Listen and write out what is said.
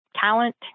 talent